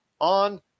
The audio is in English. on